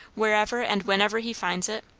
wherever and whenever he finds it?